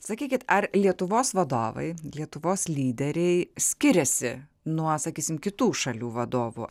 sakykit ar lietuvos vadovai lietuvos lyderiai skiriasi nuo sakysim kitų šalių vadovų